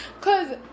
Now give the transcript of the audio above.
Cause